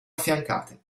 affiancate